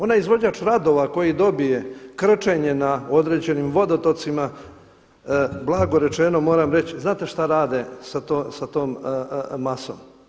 Onaj izvođač radova koji dobije krčenje na određenim vodotocima blago rečeno moram reći, znate šta rade s tom masom?